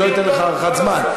אני לא אתן לך הארכת זמן.